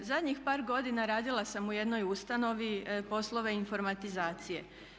Zadnjih par godina radila sam u jednoj ustanovi poslove informatizacije.